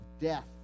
death